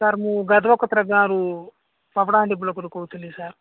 sir ମୁଁ ଗାଁରୁ ପାପଡ଼ାହାଣ୍ଡି ବ୍ଲକରୁ କହୁଥିଲି ସାର୍